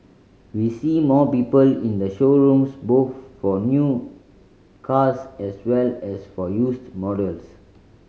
we see more people in the showrooms both for new cars as well as for used models